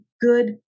good